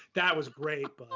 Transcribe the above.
that was great,